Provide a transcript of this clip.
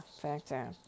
factor